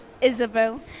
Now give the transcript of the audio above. Isabel